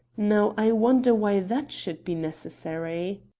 now i wonder why that should be necessary?